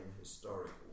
historical